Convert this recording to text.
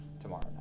tomorrow